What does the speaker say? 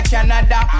Canada